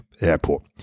Airport